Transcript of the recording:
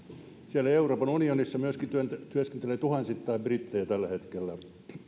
siellä euroopan unionissa myöskin työskentelee tuhansittain brittejä tällä hetkellä